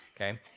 Okay